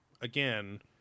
again